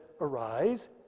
Arise